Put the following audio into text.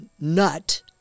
nut